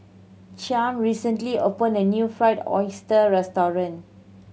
Chaim recently opened a new Fried Oyster restaurant